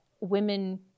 women